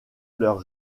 leur